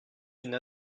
une